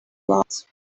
lot